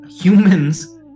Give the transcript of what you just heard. humans